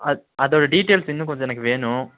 அ அதோட டீடியல்ஸ் இன்னும் கொஞ்சம் எனக்கு வேணும்